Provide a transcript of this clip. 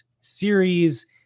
series